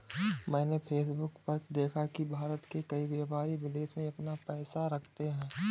मैंने फेसबुक पर देखा की भारत के कई व्यापारी विदेश में अपना पैसा रखते हैं